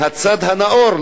מהצד הנאור,